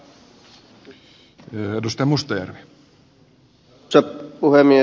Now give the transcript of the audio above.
arvoisa puhemies